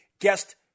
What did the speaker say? guest